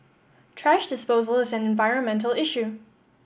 thrash disposal is an environmental issue